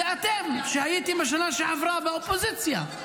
זה אתם, כשהייתם בשנה שעברה באופוזיציה.